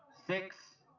six